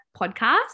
podcast